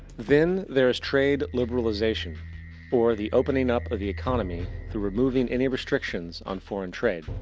then there is trade liberalization or the opening up of the economy through removing any restrictions on foreign trade.